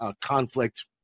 conflict